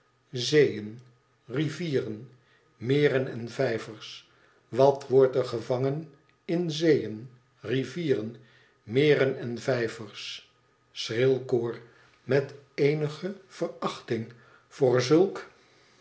zeeën rivieren meren en vijvers wat wordt er gevangen in zeeën rivieren meren en vijvers schril koor met eenige verachting voor zulk